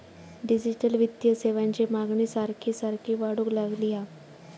digital वित्तीय सेवांची मागणी सारखी सारखी वाढूक लागली हा